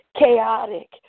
chaotic